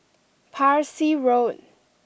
Parsi Road